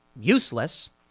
useless